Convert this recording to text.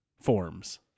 forms